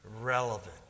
relevant